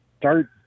start